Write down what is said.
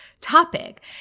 topic